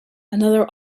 another